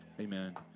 Amen